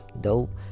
dope